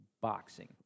boxing